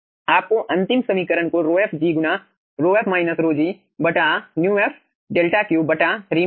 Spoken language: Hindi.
आपको अंतिम समीकरण को ρf g गुना ρf ρg μ f 𝛿3 3 मिलेगा